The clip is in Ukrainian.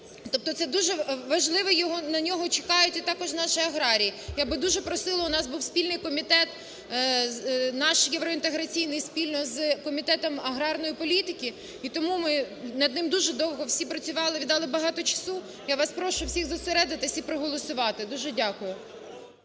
тобто це дуже важливий, на нього чекають і також наші аграрії. Я би дуже просила, у нас був спільний комітет… наш євроінтеграційний спільно з Комітетом аграрної політики, і тому ми над ним дуже довго всі працювали, віддали дуже багато часу. Я вас прошу всіх зосередитись і проголосувати. Дуже дякую.